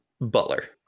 Butler